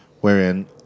Wherein